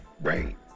right